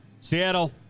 Seattle